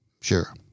Sure